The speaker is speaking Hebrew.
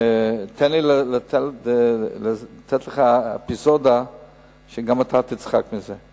ותן לי לתת לך אפיזודה שגם אתה תצחק ממנה.